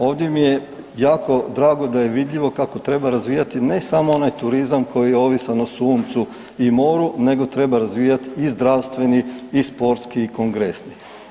Ovdje mi je jako drago da je vidljivo kako treba razvijati ne samo onaj turizam koji je ovisan o suncu i moru, nego treba razvijati i zdravstveni i sportski i kongresni.